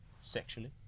sexually